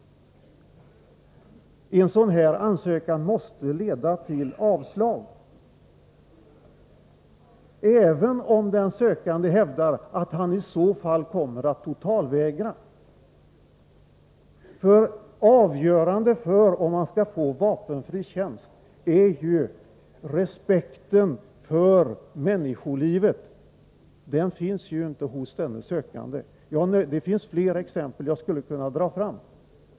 Sådana ansökningar måste leda till avslag, även om de sökande hävdar att de i så fall kommer att totalvägra. Avgörande för att få vapenfri tjänst är ju respekten för människolivet. Den finns inte hos dessa sökande. Jag skulle kunna anföra fler, liknande exempel.